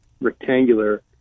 rectangular